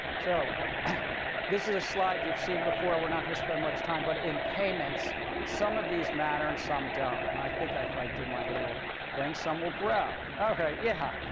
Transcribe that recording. so this is a slide you've seen before. we're not going to spend much time. but in payments some of these matter and some don't. and i think if i did my little thing some will grow. all right. yeah.